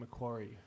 Macquarie